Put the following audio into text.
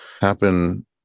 happen